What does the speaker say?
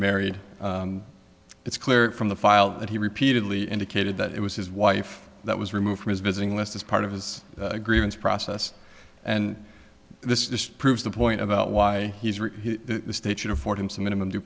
married it's clear from the file that he repeatedly indicated that it was his wife that was removed from his visiting list as part of his agreements process and this just proves the point about why he's written statement afford him some minimum